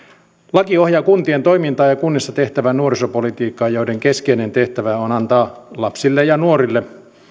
laki ohjaa kuntien toimintaa ja kunnissa tehtävää nuorisopolitiikkaa joiden keskeinen tehtävä on antaa lapsille ja nuorille